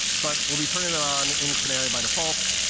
but we'll be turning it on in canary by default